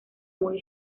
muy